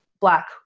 black